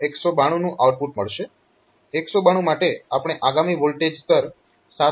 તો 192 નું આઉટપુટ મળશે 192 માટે આપણે આગામી વોલ્ટેજ સ્તર 7